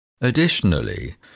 Additionally